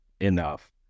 enough